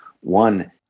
One